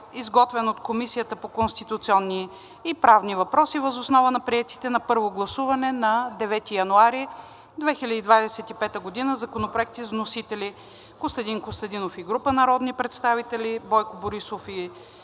изготвен от Комисията по конституционни и правни въпроси, въз основа на приетите на първо гласуване на 9 януари 2025 г. законопроекти с вносители Костадин Костадинов и група народни представители, Бойко Борисов и